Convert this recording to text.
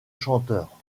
chanteurs